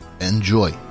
Enjoy